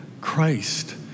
Christ